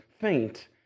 faint